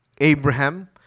Abraham